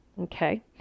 okay